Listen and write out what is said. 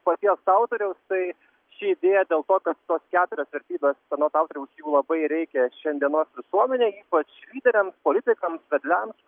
paties autoriaus tai ši idėja dėl to kad tos keturios vertybės anot autoriaus jų labai reikia šiandienos visuomenei ypač lyderiams politikams vedliams